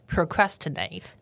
Procrastinate